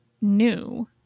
new